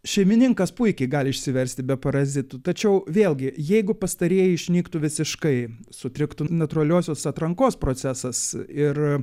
šeimininkas puikiai gali išsiversti be parazitų tačiau vėlgi jeigu pastarieji išnyktų visiškai sutriktų natūraliosios atrankos procesas ir